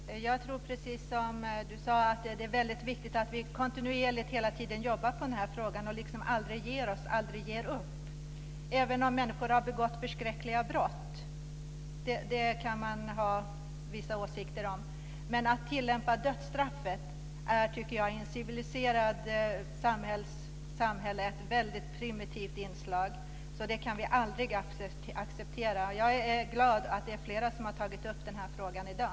Fru talman! Jag tror precis som Carina Hägg sade att det är mycket viktigt att vi kontinuerligt jobbar på den här frågan och aldrig ger oss, aldrig ger upp, även om människor har begått förskräckliga brott. Det kan man ha vissa åsikter om, men att tillämpa dödsstraff tycker jag är ett väldigt primitivt inslag i ett civiliserat samhälle. Det kan vi aldrig acceptera. Jag är glad att det är fler som har tagit upp den här frågan i dag.